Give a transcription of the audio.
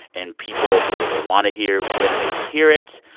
and people hear what they want to hear when they hear it.